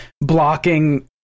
blocking